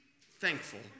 thankful